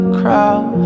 crowd